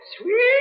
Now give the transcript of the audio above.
sweet